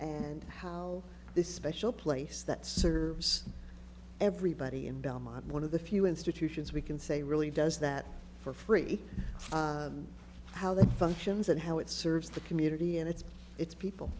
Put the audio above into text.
and how this special place that serves everybody in belmont one of the few institutions we can say really does that for free how that functions and how it serves the community and its its people